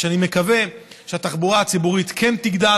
שאני מקווה שהתחבורה הציבורית כן תגדל,